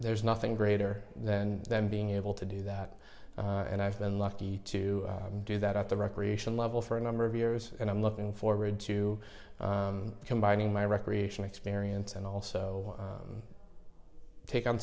there's nothing greater then them being able to do that and i've been lucky to do that at the recreation level for a number of years and i'm looking forward to combining my recreation experience and also take